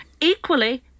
Equally